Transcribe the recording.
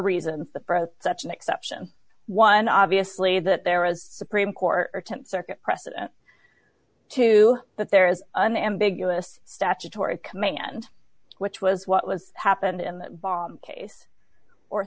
reasons the press such an exception one obviously that there was a supreme court or th circuit precedent to that there is an ambiguous statutory command which was what was happened in the bomb case